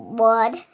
wood